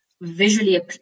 visually